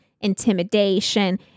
intimidation